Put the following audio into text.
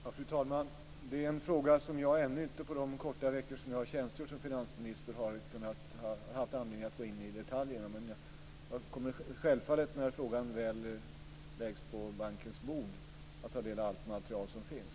Fru talman! Det är en fråga som jag ännu inte, på den korta tid som jag har tjänstgjort som finansminister, har haft anledning att gå in i detaljerna i. Men jag kommer självfallet, när frågan väl läggs på bankens bord, att ta del av allt material som finns.